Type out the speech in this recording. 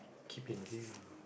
keep in view